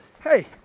hey